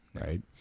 right